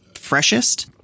freshest